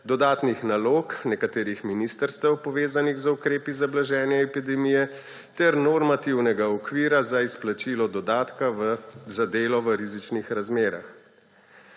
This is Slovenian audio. dodatnih nalog nekaterih ministrstev, povezanih z ukrepi za blaženje epidemije, ter normativnega okvira za izplačilo dodatka za delo v rizičnih razmerah.